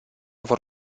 vor